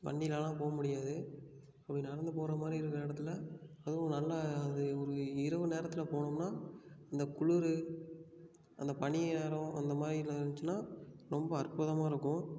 வண்டியிலலாம் போக முடியாது அப்படி நடந்து போகிற மாதிரி இருக்கிற இடத்துல அதுவும் நல்லா அது ஒரு இரவு நேரத்தில் போனோம்னா இந்த குளிர் அந்த பனி நேரம் அந்த மாதிரி இருந்துச்சின்னா ரொம்ப அற்புதமாக இருக்கும்